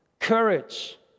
Courage